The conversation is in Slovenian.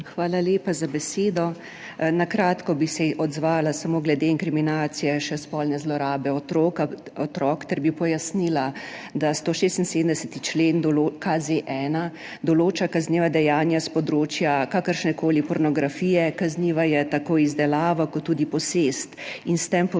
Hvala lepa za besedo. Kratko bi se odzvala samo glede inkriminacije spolne zlorabe otrok ter pojasnila, da 176. člen KZ-1 določa kazniva dejanja s področja kakršnekoli pornografije, kazniva je tako izdelava kot tudi posest, in s tem povezane